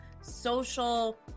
social